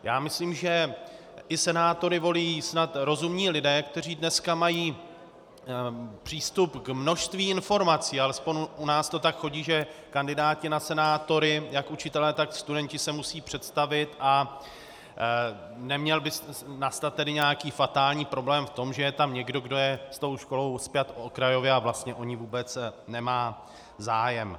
Já myslím, že senátory volí snad rozumní lidé, kteří dneska mají přístup k množství informací, alespoň u nás to tak chodí, že kandidáti na senátory, jak učitelé, tak studenti, se musí představit, a neměl by nastat nějaký fatální problém v tom, že je tam někdo, kdo je s tou školou spjat okrajově a vlastně o ní vůbec nemá zájem.